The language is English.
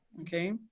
Okay